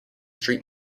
street